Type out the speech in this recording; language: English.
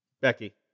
Becky